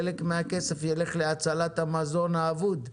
חלק מהכסף ילך להצלת המזון האבוד.